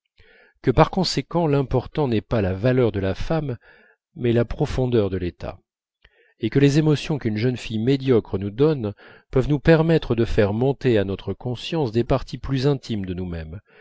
que par conséquent l'important n'est pas la valeur de la femme mais la profondeur de l'état et que les émotions qu'une jeune fille médiocre nous donne peuvent nous permettre de faire monter à notre conscience des parties plus intimes de nous-même